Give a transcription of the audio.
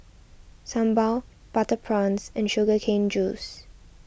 Sambal Butter Prawns and Sugar Cane Juice